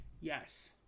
yes